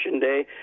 day